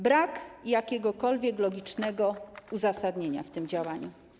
Brak jakiegokolwiek logicznego uzasadnienia w tym działaniu.